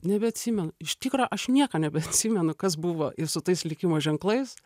nebeatsimenu iš tikro aš nieko nebeatsimenu kas buvo i su tais likimo ženklais